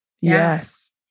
Yes